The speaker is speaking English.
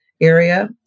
area